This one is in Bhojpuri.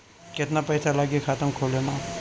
केतना पइसा लागी खाता खोले में?